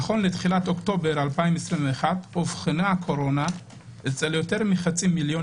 נכון לתחילת אוקטובר 2021 אובחנה הקורונה אצל יותר מחצי מיליון